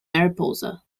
mariposa